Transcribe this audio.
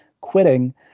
quitting